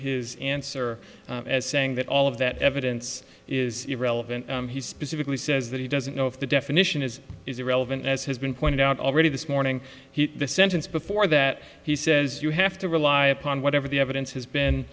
his answer as saying that all of that evidence is irrelevant he specifically says that he doesn't know if the definition is is irrelevant as has been pointed out already this morning he the sentence before that he says you have to rely upon whatever the evidence has been